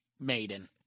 Maiden